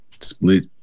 split